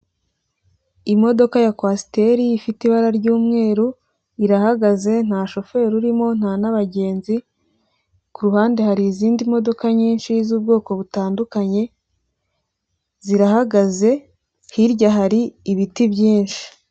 Imodoka ya kwasiteri, ifite ibara ry'umweru, irahagaze nta shoferi urimo nta n'abagenzi, ku ruhande hari izindi modoka nyinshi z'ubwoko butandukanye, zirahagaze hirya hari ibiti byinshi.